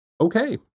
Okay